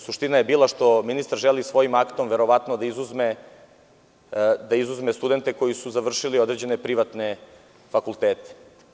Suština je bila što ministar želi svojim aktom da izuzme studente koji su završili određene privatne fakultete.